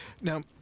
Now